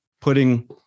putting